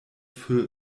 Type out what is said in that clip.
für